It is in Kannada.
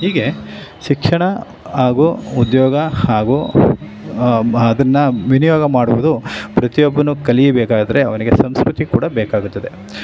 ಹೀಗೆ ಶಿಕ್ಷಣ ಹಾಗೂ ಉದ್ಯೋಗ ಹಾಗೂ ಬ ಅದನ್ನು ವಿನಿಯೋಗ ಮಾಡುವುದು ಪ್ರತಿಯೊಬ್ಬನೂ ಕಲಿಯಬೇಕಾದರೆ ಅವನಿಗೆ ಸಂಸ್ಕೃತಿ ಕೂಡ ಬೇಕಾಗುತ್ತದೆ